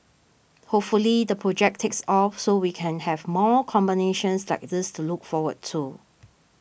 hopefully the project takes off so we can have more combinations like this to look forward to